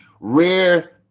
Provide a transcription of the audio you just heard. rare